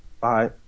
Bye